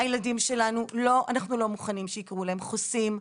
הילדים שלנו, אנחנו לא מוכנים שייקרו להם חוסים.